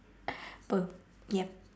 apa yup